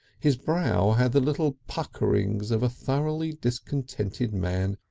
his brow had the little puckerings of a thoroughly discontented man,